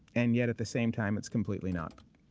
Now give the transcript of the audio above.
and yet at the same time, it's completely not.